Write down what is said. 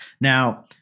Now